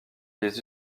les